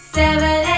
seven